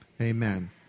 Amen